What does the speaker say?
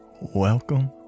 welcome